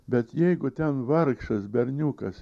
bet jeigu ten vargšas berniukas